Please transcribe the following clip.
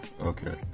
Okay